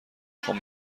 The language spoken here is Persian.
خوام